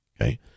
Okay